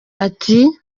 ati